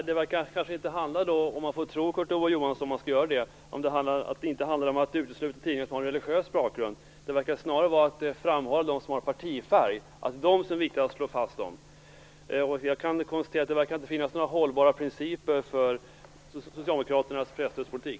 Herr talman! Om man får tro Kurt Ove Johansson handlar det kanske inte om att man utesluter tidningar som har en religiös bakgrund. Det verkar snarare vara så att man slår vakt om de tidningar som har partifärg. Jag kan konstatera att det inte verkar finnas några hållbara principer för Socialdemokraternas presstödspolitik.